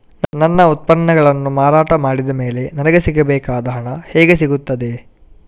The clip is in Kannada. ನನ್ನ ಉತ್ಪನ್ನಗಳನ್ನು ಮಾರಾಟ ಮಾಡಿದ ಮೇಲೆ ನನಗೆ ಸಿಗಬೇಕಾದ ಹಣ ಹೇಗೆ ಸಿಗುತ್ತದೆ?